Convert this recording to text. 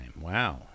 Wow